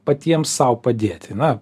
patiems sau padėti na